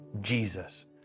Jesus